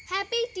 Happy